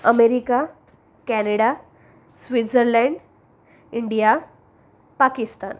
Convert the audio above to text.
America Canada Switzerland India Pakistan